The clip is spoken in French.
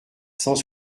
cent